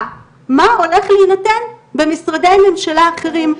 מה הולך להינתן במשרדי ממשלה אחרים.